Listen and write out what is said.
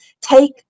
take